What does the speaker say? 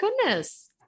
goodness